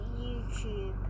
YouTube